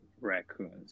raccoons